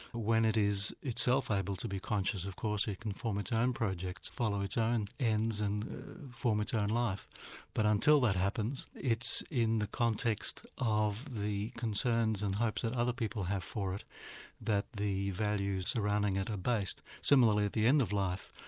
when it is itself able to be conscious of course it can form its own project, follow its own ends and form its own life but until that happens it's in the context of the concerns and hopes that other people have for it that the values surrounding it are based. similarly at the end of life,